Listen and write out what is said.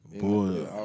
Boy